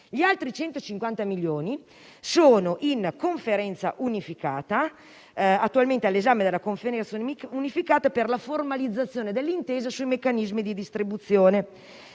Gli altri milioni sono attualmente all'esame della Conferenza unificata per la formalizzazione dell'intesa sui meccanismi di distribuzione